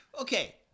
Okay